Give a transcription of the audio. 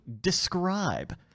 describe